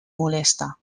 molesta